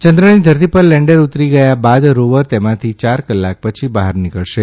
ચંદ્રની ધરતી ઉપર લેન્ડર ઉતરી ગયા બાદ રોવર તેમાંથી યાર કલાક પછી બહાર નીકળશે